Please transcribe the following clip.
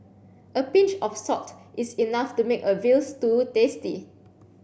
a pinch of salt is enough to make a veal stew tasty